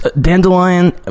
Dandelion